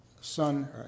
son